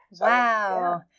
Wow